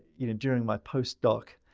you know, during my post doc,